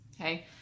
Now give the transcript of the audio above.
okay